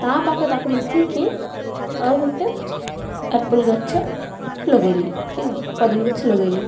ତା' ପାଖରେ ତାକୁ ମିଶାଇକି ଆଉ ଗୋଟେ ଆପଲ୍ ଗଛ ଲଗାଇଲି କି କଦଳୀ ଗଛ ଲଗାଇଲି